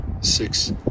six